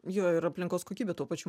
jo ir aplinkos kokybė tuo pačiu